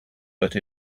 but